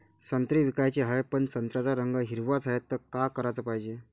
संत्रे विकाचे हाये, पन संत्र्याचा रंग हिरवाच हाये, त का कराच पायजे?